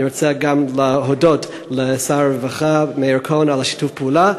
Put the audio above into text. אני רוצה גם להודות לשר הרווחה מאיר כהן על שיתוף הפעולה,